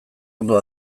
ondo